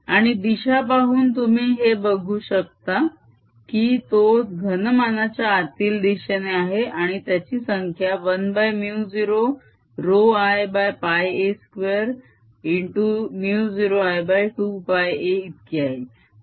आणि दिशा पाहून तुम्ही हे बघू शकता की तो घनमानाच्या आतील दिशेने आहे आणि त्याची संख्या 10ρIa20I2πa इतकी आहे